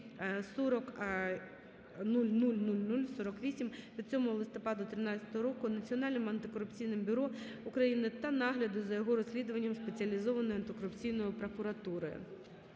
від 7 листопаду 2013 року Національним антикорупційним бюро України та нагляду за його розслідуванням Спеціалізованою антикорупційною прокуратурою.